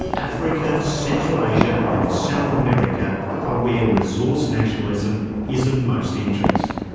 africa, central asia and south america are where resource nationalism is of most interest.